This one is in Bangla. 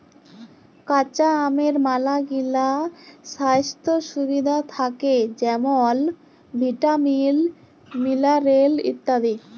কাঁচা আমের ম্যালাগিলা স্বাইস্থ্য সুবিধা থ্যাকে যেমল ভিটামিল, মিলারেল ইত্যাদি